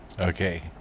Okay